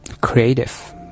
creative